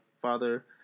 father